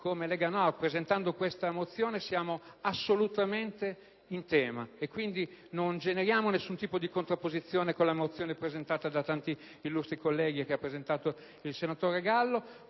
della Lega Nord, presentando questa mozione, sia assolutamente in tema e quindi non generi nessuna contrapposizione con la mozione presentata da tanti illustri colleghi, dal senatore Gallo,